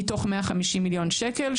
מתוך 150 מיליון שקל,